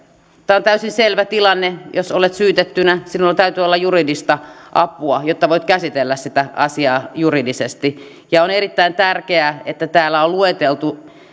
tämä on täysin selvä tilanne jos olet syytettynä sinulla täytyy olla juridista apua jotta voit käsitellä sitä asiaa juridisesti ja on erittäin tärkeää että täällä on lueteltu